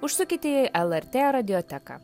užsukite į lrt radioteką